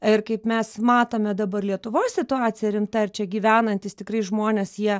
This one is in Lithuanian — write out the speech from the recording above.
ir kaip mes matome dabar lietuvoj situacija rimta ir čia gyvenantys tikrai žmonės jie